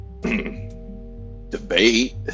debate